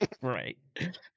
Right